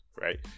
right